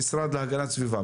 המשרד להגנת הסביבה.